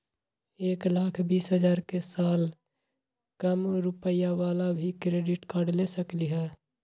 एक लाख बीस हजार के साल कम रुपयावाला भी क्रेडिट कार्ड ले सकली ह?